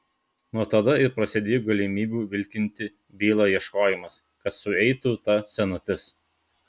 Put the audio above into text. nuo tada ir prasidėjo galimybių vilkinti bylą ieškojimas kad sueitų ta senatis